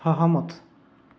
সহমত